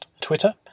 Twitter